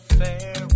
fair